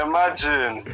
Imagine